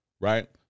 Right